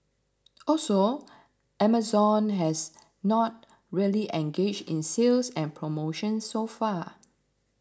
also Amazon has not really engaged in sales and promotions so far